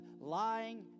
lying